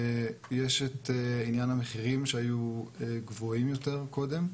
יש את עניין המחירים שהיו גבוהים יותר קודם,